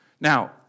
Now